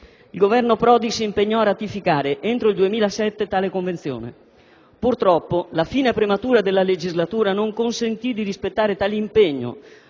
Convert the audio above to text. Il Governo Prodi si impegnò a ratificare entro il 2007 tale Convenzione. Purtroppo la fine prematura della legislatura non consentì di rispettare tale impegno,